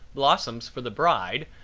blossoms for the bride,